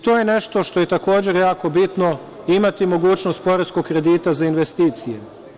To je nešto što je takođe jako bitno, imati mogućnost poreskog kredita za investicije.